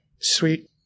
sweet